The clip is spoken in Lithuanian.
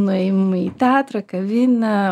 nuėjimai į teatrą kavinę